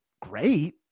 great